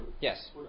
Yes